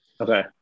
Okay